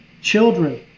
Children